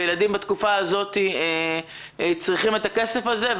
וילדים בתקופה הזאת צריכים את הכסף הזה.